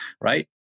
right